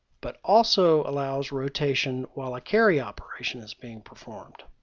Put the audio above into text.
but also allows rotation while a carry operation is being performed.